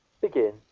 begin